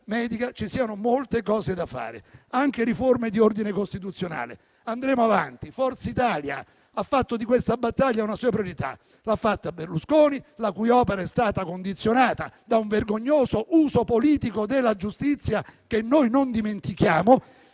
ci siano molte cose da fare, anche riforme di ordine costituzionale. Andremo avanti. Forza Italia ha fatto di questa battaglia una sua priorità; l'ha fatta Berlusconi, la cui opera è stata condizionata da un vergognoso uso politico della giustizia, che noi non dimentichiamo,